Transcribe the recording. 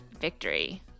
victory